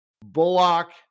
Bullock